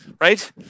Right